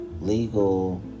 legal